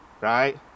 Right